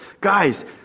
Guys